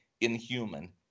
inhuman